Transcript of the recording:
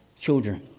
children